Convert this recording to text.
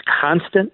constant